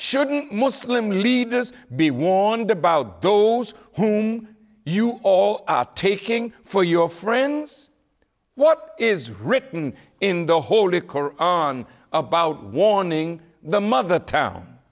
shouldn't muslim leaders be warned about those who you all are taking for your friends what is written in the holy koran about warning them of the town